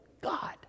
God